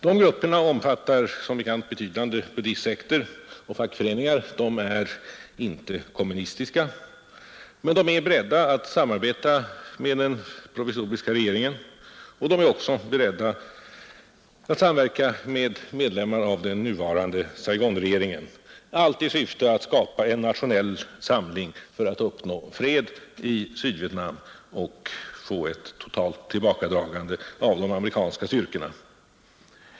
De grupperna omfattar som bekant betydande buddistsekter och fackföreningar. De är inte kommunistiska, men de är beredda att samarbeta med den provisoriska regeringen, och de är även beredda att samverka med medlemmar i den nuvarande Saigonregeringen, allt i syfte att skapa en nationell samling för att uppnå fred i Sydvietnam och åstadkomma ett totalt tillbakadragande av de amerikanska styrkorna.